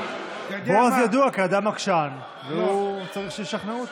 בועז ידוע כאדם עקשן, והוא צריך שישכנעו אותו.